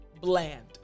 bland